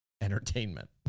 entertainment